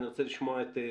זהו?